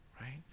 right